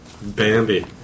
Bambi